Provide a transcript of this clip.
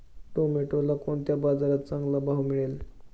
टोमॅटोला कोणत्या बाजारात चांगला भाव मिळेल?